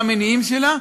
מה המניעים לה,